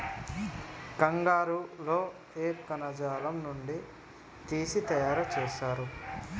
కంగారు లో ఏ కణజాలం నుండి తీసి తయారు చేస్తారు?